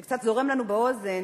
שקצת זורם לנו באוזן,